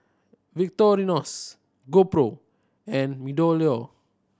Victorinox GoPro and MeadowLea